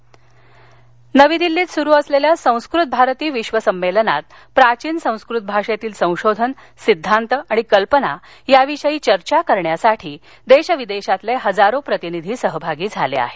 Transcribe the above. संस्कृत भारती संमेलन नवी दिल्लीत सुरु असलेल्या संस्कृत भारती विश्व संमेलनात प्राचीन संस्कृत भाषेतील संशोधन सिद्वांत आणि कल्पना याविषयी चर्चा करण्यासाठी देश विदेशातील हजारो प्रतिनिधी सहभागी झाले आहेत